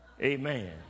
amen